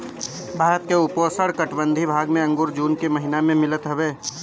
भारत के उपोष्णकटिबंधीय भाग में अंगूर जून के महिना में मिलत हवे